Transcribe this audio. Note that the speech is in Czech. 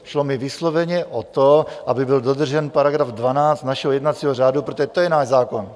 Šlo mi vysloveně o to, aby byl dodržen § 12 našeho jednacího řádu, protože to je náš zákon.